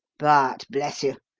but, bless you,